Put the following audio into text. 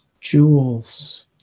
jewels